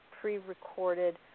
pre-recorded